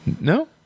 No